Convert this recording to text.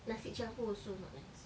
nasi campur also not nice